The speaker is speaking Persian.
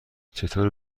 چطور